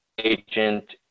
agent